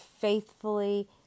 faithfully